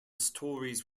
stories